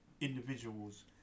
individuals